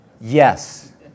yes